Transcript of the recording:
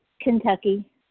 Kentucky